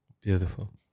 Beautiful